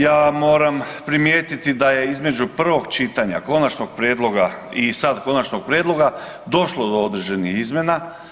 Ja moram primijetiti da je između prvog čitanja konačnog prijedloga i sad konačnog prijedloga došlo do određenih izmjena.